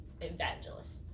evangelists